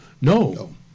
No